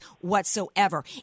whatsoever